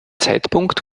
zeitpunkt